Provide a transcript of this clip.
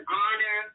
honor